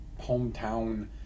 hometown